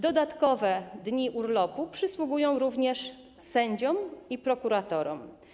Dodatkowe dni urlopu przysługują również sędziom i prokuratorom.